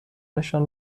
نشان